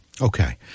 Okay